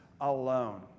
alone